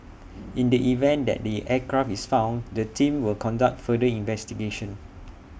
in the event that the aircraft is found the team will conduct further investigation